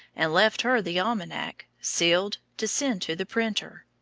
and left her the almanac, sealed, to send to the printer.